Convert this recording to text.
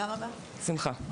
בשמחה.